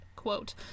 quote